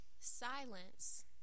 silence